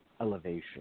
elevation